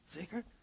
secret